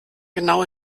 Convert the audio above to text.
genau